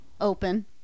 open